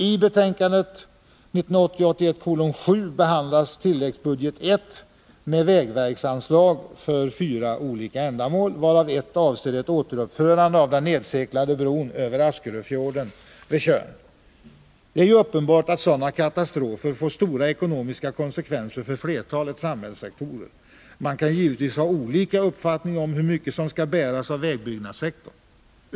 I betänkandet 1980/81:7 behandlas tilläggsbudget I med vägverksanslag för fyra olika ändamål, varav ett avser ett återuppförande av den nedseglade bron över Askeröfjorden vid Tjörn. Det är ju uppenbart att sådana katastrofer får stora ekonomiska konsekvenser för flertalet samhällssektorer. Man kan givetvis ha olika uppfattning om hur mycket som skall bäras av vägbyggnadssektorn.